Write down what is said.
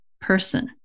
person